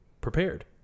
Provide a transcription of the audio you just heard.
prepared